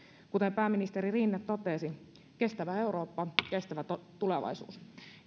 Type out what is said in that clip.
kuten pääministeri rinne totesi kestävä eurooppa kestävä tulevaisuus